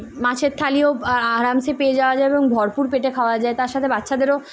মাছের থালিও আরাম সে পেয়ে যাওয়া যায় এবং ভরপুর পেটে খাওয়া যায় তার সাথে বাচ্ছাদেরও